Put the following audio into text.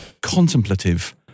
contemplative